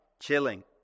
chilling